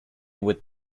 with